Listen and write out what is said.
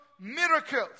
miracles